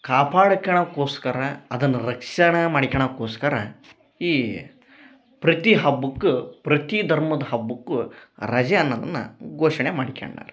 ಕಾಪಾಡಕಣಕ್ಕೋಸ್ಕರ ಅದನ್ನ ರಕ್ಷಣ ಮಾಡಿಕೆಣಕ್ಕೋಸ್ಕರ ಈ ಪ್ರತಿ ಹಬ್ಬಕ್ಕ ಪ್ರತಿ ಧರ್ಮದ್ ಹಬ್ಬಕ್ಕು ರಜೆ ಅನ್ನದನ್ನ ಘೋಷಣೆ ಮಾಡಿಕೆಂಡಾರ